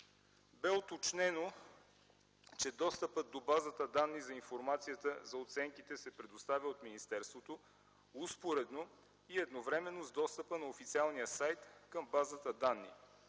Бе уточнено, че достъпът до базата данни за информацията за оценките се предоставя от министерството успоредно и едновременно с достъпа на официалния сайт към базата данни,